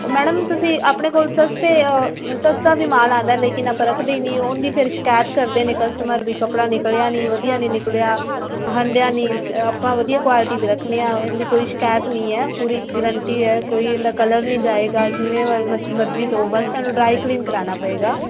ਉਹ ਮੈਡਮ ਤੁਸੀਂ ਆਪਣੇ ਕੋਲ ਸਸਤੇ ਸਸਤਾ ਵੀ ਮਾਲ ਆਉਂਦਾ ਲੇਕਿਨ ਆਪਾਂ ਰੱਖਦੇ ਹੀ ਨਹੀਂ ਉਹਦੀ ਫਿਰ ਸ਼ਿਕਾਇਤ ਕਰਦੇ ਨੇ ਕਸਟਮਰ ਵੀ ਕੱਪੜਾ ਨਿਕਲਿਆ ਨਹੀਂ ਵਧੀਆ ਨਹੀਂ ਨਿਕਲਿਆ ਹੰਢਿਆ ਨਹੀਂ ਆਪਾਂ ਵਧੀਆ ਕੁਆਲਿਟੀ ਦਾ ਰੱਖਦੇ ਆ ਇਹਦੀ ਕੋਈ ਸ਼ਿਕਾਇਤ ਨਹੀਂ ਹੈ ਪੂਰੀ ਗਰੰਟੀ ਹੈ ਕੋਈ ਇਨਦਾ ਕਲਰ ਨਹੀਂ ਜਾਏਗਾ ਜਿੰਨੇ ਵ ਮਰਜੀ ਧੋ ਬਸ ਤੁਹਾਨੂੰ ਡਰਾਈ ਕਲੀਨ ਕਰਾਉਣਾ ਪਏਗਾ